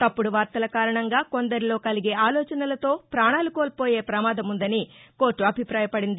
తప్పుడు వార్తల కారణంగా కొందరిలో కలిగే ఆలోచనలతో ప్రాణాలు కోల్పోయే ప్రమాదముందని కోర్టు అభిపాయపడింది